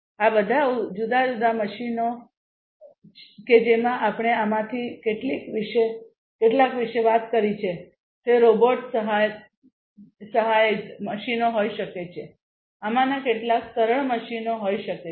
આ બધા જુદા જુદા મશીનો કે જેમાં આપણે આમાંથી કેટલીક વિશે વાત કરી છે તે રોબોટ સહાયિત મશીનો હોઈ શકે છે આમાંના કેટલાક સરળ મશીનો હોઈ શકે છે